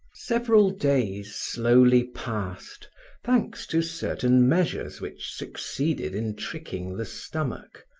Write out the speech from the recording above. several days slowly passed thanks to certain measures which succeeded in tricking the stomach,